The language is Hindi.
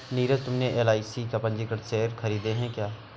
नीरज तुमने एल.आई.सी के पंजीकृत शेयर खरीदे हैं क्या?